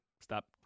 stop